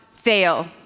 Fail